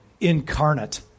incarnate